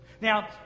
Now